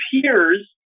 appears